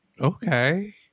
okay